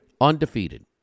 Undefeated